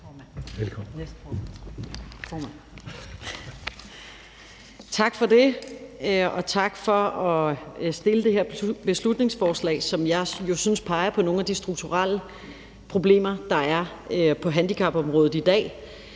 Tak for det. Og tak for at fremsætte et beslutningsforslag, som jeg jo synes peger på nogle af de strukturelle problemer, der er på handicapområdet i dag,